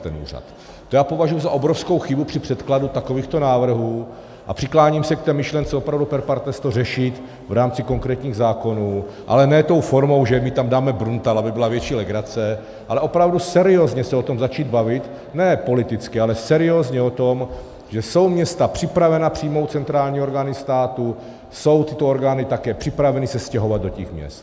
To já považuji za obrovskou chybu při předkladu takovýchto návrhů a přikláním se k té myšlence opravdu per partes to řešit v rámci konkrétních zákonů, ale ne tou formou, že my tam dáme Bruntál, aby byla větší legrace, ale opravdu seriózně se o tom začít bavit, ne politicky, ale seriózně o tom, že jsou města připravena přijmout centrální orgány státu, jsou tyto orgány také připraveny se stěhovat do těch měst.